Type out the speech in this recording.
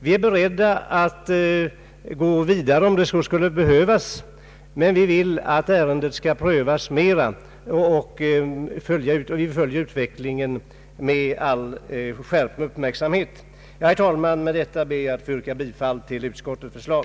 Vi är beredda att gå vidare om så skulle behövas. Men vi vill att ärendet skall prövas ytterligare och att man följer utvecklingen med skärpt uppmärksamhet. Herr talman! Med detta ber jag att få yrka bifall till utskottets förslag.